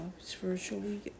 spiritually